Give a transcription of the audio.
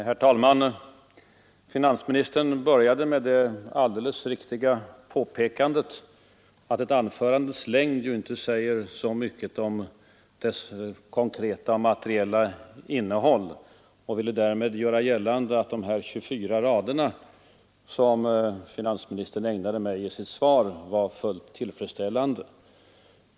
Herr talman! Finansministern började med det alldeles riktiga påpekandet att ett anförandes längd inte säger så mycket om det konkreta och materiella innehållet. Finansministern ville därmed göra gällande att de 24 rader som han ägnade mig i sitt interpellationssvar var fullt tillfredsställande.